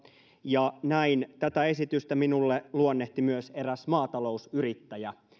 ja näin tätä esitystä minulle luonnehti myös eräs maatalousyrittäjä